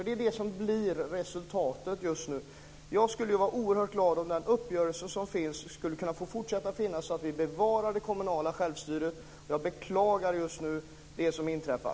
Det är det som blir resultatet just nu. Jag skulle vara oerhört glad om den träffade uppgörelsen kunde fortsätta att finnas, så att vi bevarar det kommunala självstyret. Jag beklagar det som just nu har inträffat.